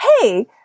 hey